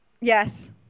Yes